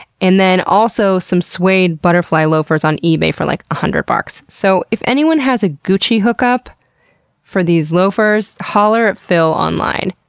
and then also some suede butterfly loafers on ebay for like, a hundred bucks. so, if anyone listening has a gucci hookup for these loafers, holler at phil online.